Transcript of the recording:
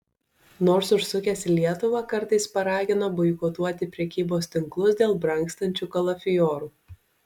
nors užsukęs į lietuvą kartais paragina boikotuoti prekybos tinklus dėl brangstančių kalafiorų